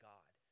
God